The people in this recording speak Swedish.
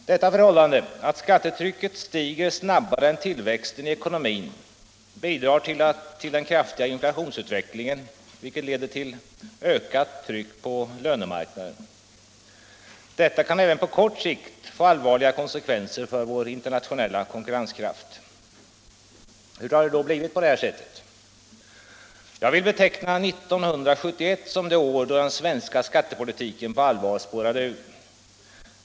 Detta förhållande, att skattetrycket stiger snabbare än tillväxten i ekonomin, bidrar till den kraftiga inflationsutvecklingen, vilket leder till ökat tryck på lönemarknaden. Detta kan även på kort sikt få allvarliga konsekvenser för vår internationella konkurrenskraft. Hur har det då blivit på detta sätt? Jag vill beteckna 1971 som det år då den svenska skattepolitiken på allvar spårade ur.